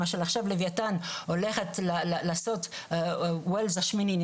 מה שנחשב "לוויתן" הולך לעשות ואלס שמיני,